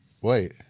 Wait